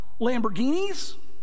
Lamborghinis